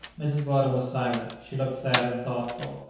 mrs. weldon was silent. she looked sad and thoughtful.